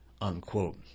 unquote